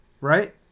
right